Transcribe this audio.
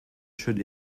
should